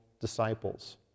disciples